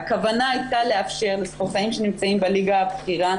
הכוונה הייתה לאפשר לספורטאים שנמצאים בליגה הבכירה,